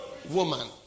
Woman